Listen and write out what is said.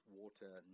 water